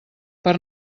per